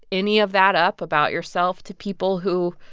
any of that up about yourself to people who